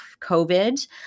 COVID